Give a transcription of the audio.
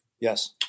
Yes